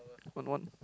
one one